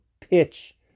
pitch